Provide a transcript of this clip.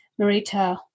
Marita